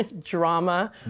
drama